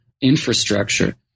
infrastructure